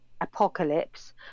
apocalypse